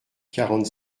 quarante